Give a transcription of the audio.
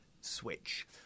switch